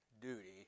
duty